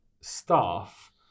staff